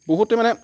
বহুতে মানে